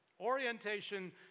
Orientation